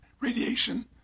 radiation